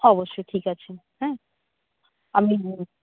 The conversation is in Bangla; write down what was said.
অবশ্যই ঠিক আছে হ্যাঁ আমি